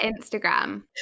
Instagram